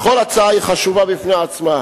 וכל הצעה חשובה בפני עצמה.